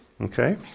okay